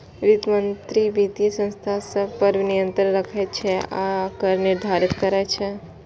वित्त मंत्री वित्तीय संस्था सभ पर नियंत्रण राखै छै आ कर निर्धारित करैत छै